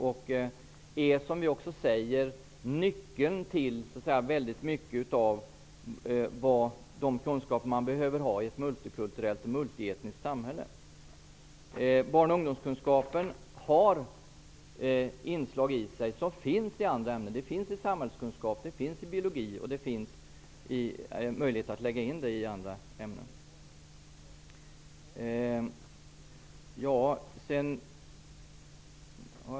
Det är nyckeln till en stor del av de kunskaper man behöver ha i ett multikulturellt och multietniskt samhälle. Barn och ungdomskunskapen har inslag som finns i andra ämnen. De finns i samhällskunskap och biologi, och det finns möjlighet att lägga in dem i andra ämnen.